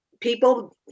people